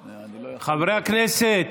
אני לא יכול, חברי הכנסת,